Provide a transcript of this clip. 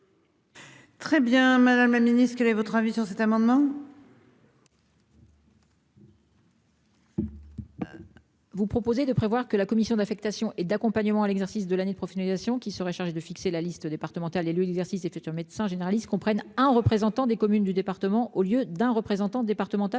Très bien. Madame la Ministre quel est votre avis sur cet amendement. Vous proposez de prévoir que la commission d'affectation et d'accompagnement à l'exercice de l'année de profit délégation qui chargé de fixer la liste départementale et l'université, c'est un médecin généraliste, qu'on prenne un représentant des communes du département au lieu d'un représentant départemental